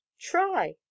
Try